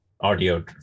audio